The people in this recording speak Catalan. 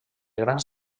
grans